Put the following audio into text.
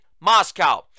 Moscow